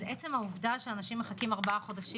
עצם העובדה שאנשים מחכים ארבעה חודשים,